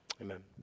amen